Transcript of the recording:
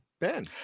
Ben